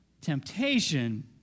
temptation